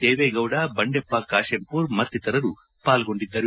ದೇವೇಗೌಡ ಬಂಡೆಪ್ಪ ಕಾಶೆಂಪೂರ್ ಮತ್ತಿತರರು ಪಾಲ್ಗೊಂಡಿದ್ದರು